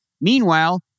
Meanwhile